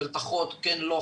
מלתחות כן/לא,